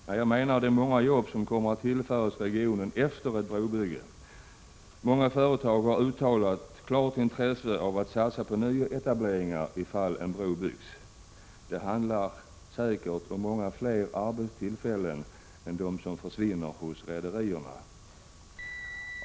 Det jag syftar på är de många jobb som kommer att tillföras regionen efter ett brobygge. Många företag har uttalat ett klart intresse för att satsa på nyetableringar om en bro byggs. Det handlar säkert om många fler arbetstillfällen än de som försvinner hos rederierna.